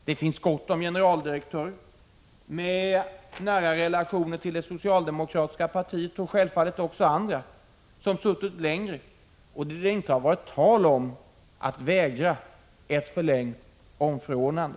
Det finns gott om generaldirek 21 maj 1986 törer med nära relationer till det socialdemokratiska partiet — och självfallet ZI SN z § R a SR Granskning av statsråockså andra — som suttit längre och där det inte varit tal om att vägra förlängt i FA ir dens tjänsteutövning omförordnande.